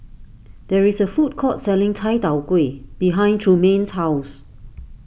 there is a food court selling Chai Tow Kway behind Trumaine's house